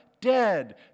dead